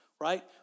right